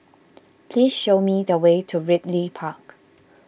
please show me the way to Ridley Park